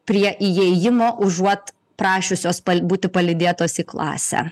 prie įėjimo užuot prašiusios būti palydėtos į klasę